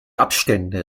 abstände